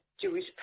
Jewish